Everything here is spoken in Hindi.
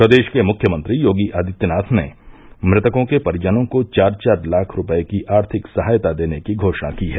प्रदेश के मुख्यमंत्री योगी आदित्यनाथ ने मृतकों के परिजनों को चार चार लाख रूपये की आर्थिक सहायता देने की घोषणा की है